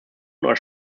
oder